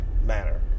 manner